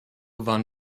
waren